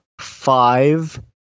five